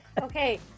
okay